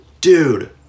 dude